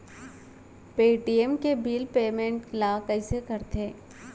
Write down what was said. Paytm के bill payment ल कइसे करथे?